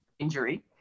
injury